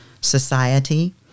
society